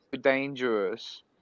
dangerous